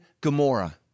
Gomorrah